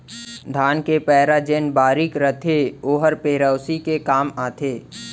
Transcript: धान के पैरा जेन बारीक रथे ओहर पेरौसी के काम आथे